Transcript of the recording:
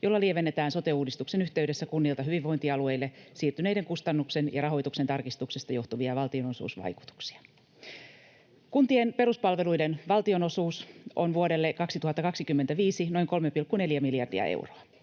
jolla lievennetään sote-uudistuksen yhteydessä kunnilta hyvinvointialueille siirtyneiden kustannusten ja rahoituksen tarkistuksesta johtuvia valtionosuusvaikutuksia. Kuntien peruspalveluiden valtionosuus on vuodelle 2025 noin 3,4 miljardia euroa.